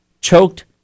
choked